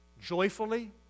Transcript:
joyfully